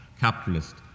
capitalist